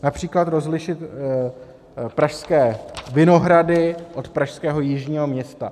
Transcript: Například rozlišit pražské Vinohrady od pražského Jižního Města.